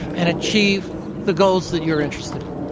and achieve the goals that you're interested in,